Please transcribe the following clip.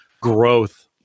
growth